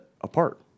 apart